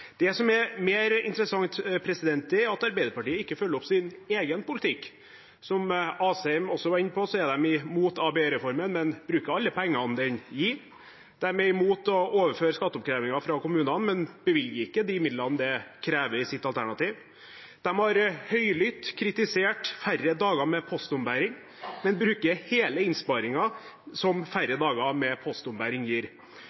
Det som er mer interessant, er at Arbeiderpartiet ikke følger opp sin egen politikk. Som representanten Asheim også var inne på, er de imot ABE-reformen, men bruker alle pengene den gir. De er imot å overføre skatteoppkrevingen fra kommunene, men bevilger ikke de midlene det krever, i sitt alternativ. De har høylytt kritisert færre dager med postombæring, men de bruker hele innsparingen som færre dager med postombæring gir.